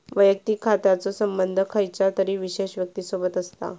वैयक्तिक खात्याचो संबंध खयच्या तरी विशेष व्यक्तिसोबत असता